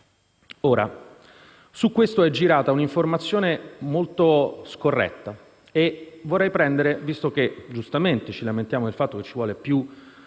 Ora, su questo è girata una informazione molto scorretta e visto che, giustamente, ci lamentiamo del fatto che ci vuole più